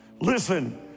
Listen